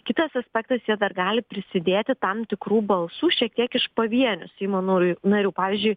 kitas aspektas jie dar gali prisidėti tam tikrų balsų šiek tiek iš pavienių seimo nar narių pavyzdžiui